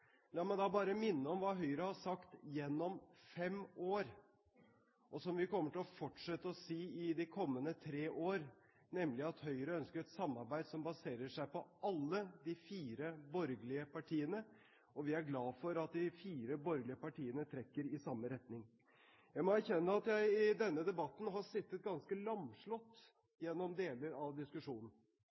La meg da bare minne om hva Høyre har sagt gjennom fem år, og som vi kommer til å fortsette å si i de kommende tre år, nemlig at Høyre ønsker et samarbeid som baserer seg på alle de fire borgerlige partiene, og vi er glad for at de fire borgerlige partiene trekker i samme retning. Jeg må erkjenne at jeg i denne debatten har sittet ganske lamslått under deler av diskusjonen,